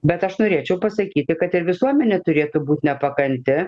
bet aš norėčiau pasakyti kad ir visuomenė turėtų būt nepakanti